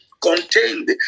contained